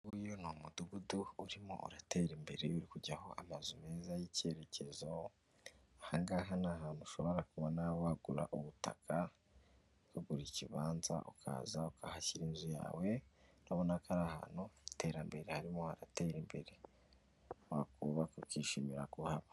Uyu ni umudugudu urimo uratera imbere uri kujyaho amazu meza y'icyerekezo, ahangaha ni ahantu ushobora kubona wagura ubutaka ukagura ikibanza ukaza ukahashyira inzu yawe, urabona ko ari ahantu h'iterambere harimo haratera imbere wakubaka ukishimira kuhaba.